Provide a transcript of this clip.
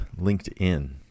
LinkedIn